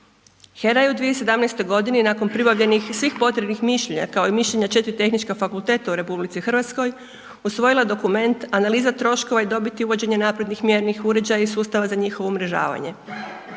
HERA je u 2017. godini nakon pribavljenih svih potrebnih mišljenja kao i mišljenja 4 tehnička fakulteta u RH usvojila dokument analiza troškova i dobiti uvođenje naprednih mjernih uređaja i sustava za njihovo umrežavanje